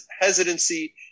hesitancy